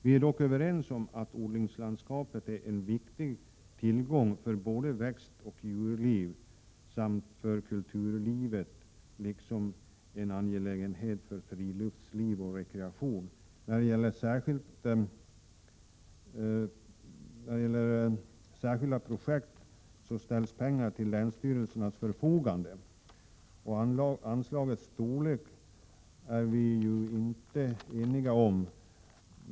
Vi är dock överens om att jordbrukslandskapet är en viktig tillgång för växtoch djurliv samt för kulturliv, friluftsliv och rekreation. När det gäller särskilda projekt ställs pengar till länsstyrelsernas förfogande. Anslagets storlek är vi ju inte eniga om.